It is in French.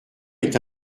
est